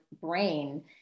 brain